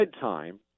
time